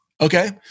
Okay